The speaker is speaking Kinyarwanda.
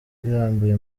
irambuye